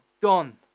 gone